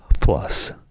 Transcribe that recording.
plus